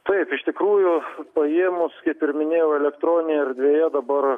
taip iš tikrųjų paėmus kaip ir minėjau elektroninėje erdvėje dabar